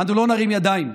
אנו לא נרים ידיים.